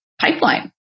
pipeline